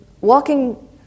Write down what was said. walking